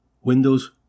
Windows